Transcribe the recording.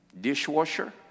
Dishwasher